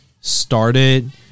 started –